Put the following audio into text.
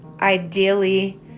ideally